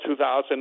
2000